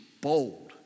bold